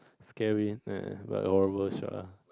scare me neh but a horrible shot ah